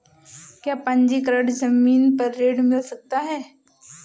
क्या पंजीकरण ज़मीन पर ऋण मिल सकता है?